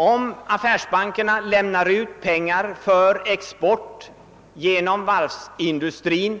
Om affärsbankerna lämnar ut pengar för export genom varvsindustrin,